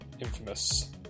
infamous